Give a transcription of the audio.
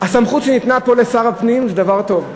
הסמכות שניתנה פה לשר הפנים, זה דבר טוב.